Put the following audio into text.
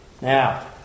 Now